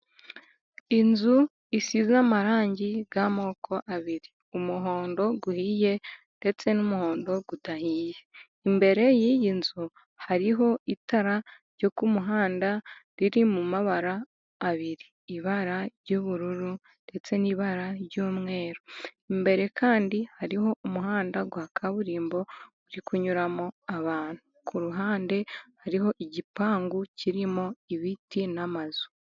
Inzu isizwe amarangi y'amoko abiri : umuhondo uhiye ndetse n'umuhondo udahiye. Imbere y'iyi nzu hari itara ryo mu muhanda riri mu mabara abiri, ibara ry'ubururu ndetse n'ibara ry'umweru. Imbere kandi hari umuhanda wa kaburimbo urimo kunyuramo abantu. Ku ruhande hariho igipangu kirimo ibiti n'amazu.